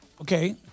okay